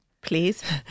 Please